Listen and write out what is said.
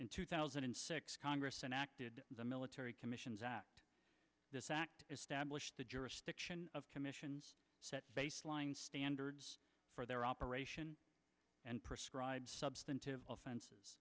in two thousand and six congress enacted the military commissions act this act established the jurisdiction of commissions set baseline standards for their operation and prescribed substantive offenses